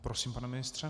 Prosím, pane ministře.